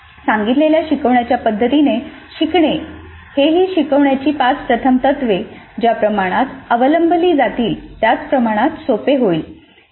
सांगितलेल्या शिकवण्याच्या पद्धतीने शिकणे हे ही शिकवण्याची पाच प्रथम तत्वे ज्या प्रमाणात अवलंबली जातील त्याप्रमाणात सोपे होईल